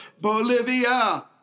Bolivia